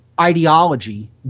...ideology